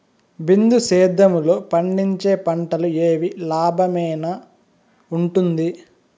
బిందు సేద్యము లో పండించే పంటలు ఏవి లాభమేనా వుంటుంది?